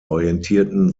orientierten